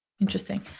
Interesting